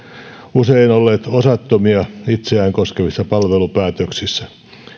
usein olleet osattomia itseään koskevissa palvelupäätöksissä